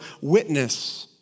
witness